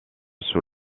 sous